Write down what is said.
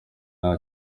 nta